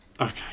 Okay